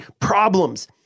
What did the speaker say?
Problems